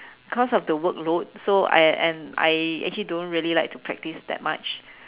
cause of the workload so I am I actually don't really like to practise that much